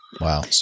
Wow